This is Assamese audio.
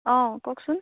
অ' কওকচোন